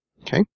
Okay